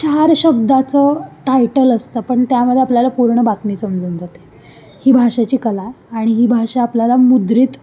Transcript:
चार शब्दाचं टायटल असतं पण त्यामध्ये आपल्याला पूर्ण बातमी समजून जाते ही भाषेची कला आहे आणि ही भाषा आपल्याला मुद्रित